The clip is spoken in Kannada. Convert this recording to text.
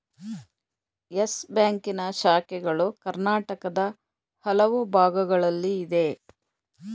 ಯಸ್ ಬ್ಯಾಂಕಿನ ಶಾಖೆಗಳು ಕರ್ನಾಟಕದ ಹಲವು ಭಾಗಗಳಲ್ಲಿ ಇದೆ